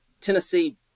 Tennessee